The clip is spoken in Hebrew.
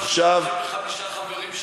חברים שלך,